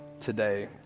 today